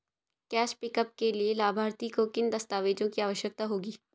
Cash pickup के लिए लाभार्थी को किन दस्तावेजों की आवश्यकता होगी?